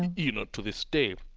you know, to this day.